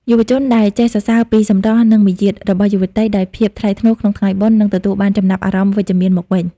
យុវជនដែលចេះ "សរសើរពីសម្រស់ និងមារយាទ" របស់យុវតីដោយភាពថ្លៃថ្នូរក្នុងថ្ងៃបុណ្យ នឹងទទួលបានចំណាប់អារម្មណ៍វិជ្ជមានមកវិញ។